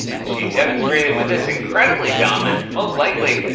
as she demonstrated with this incredibly dumb and, most likely,